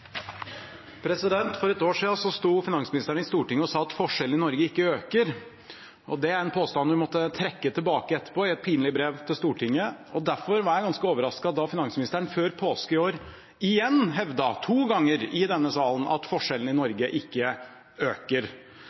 For et år siden sto finansministeren i Stortinget og sa at forskjellene i Norge ikke øker. Det var en påstand hun måtte trekke tilbake etterpå, i et pinlig brev til Stortinget. Derfor var jeg ganske overrasket da finansministeren før påske i år igjen i denne salen hevdet – to ganger – at forskjellene i Norge ikke øker.